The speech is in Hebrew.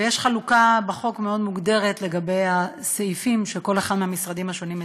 ויש בחוק חלוקה מאוד מוגדרת לגבי הסעיפים שכל אחד מהמשרדים השונים מטפל.